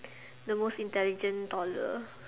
the most intelligent toddler